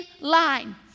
line